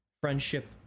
friendship